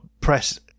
press